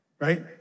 right